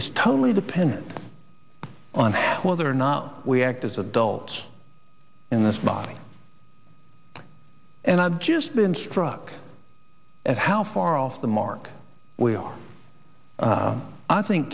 is totally dependent on whether or not we act as adults in this body and i've just been struck at how far off the mark we are i think